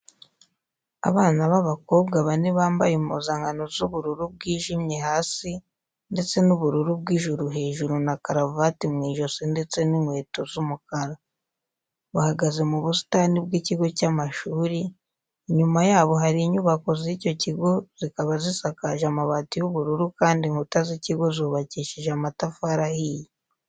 Abana b'abakobwa bane bambaye impuzankano z'ubururu bwijimye hasi ndetse n'ubururu bw'ijuru hejuru na karavate mu ijosi ndetse n'inkweto z'umukara. Bahagaze mu busitani bw'ikigo cy'amashuri, inyuma yabo hari inyubako z'icyo kigo zikaba zisakaje amabati y'ubururu kandi inkuta z'ikigo zubakishije amatafari ahiye.